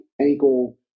ankle